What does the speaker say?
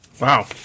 Wow